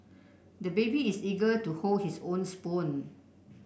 the baby is eager to hold his own spoon